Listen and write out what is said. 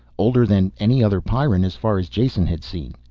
older than any other pyrran as far as jason had seen.